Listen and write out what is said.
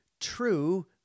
true